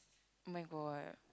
oh-my-god